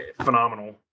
phenomenal